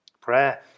Prayer